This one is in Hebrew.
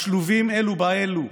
השלובים אלו באלו,